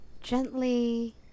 gently